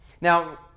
Now